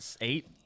eight